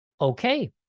Okay